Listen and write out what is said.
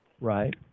Right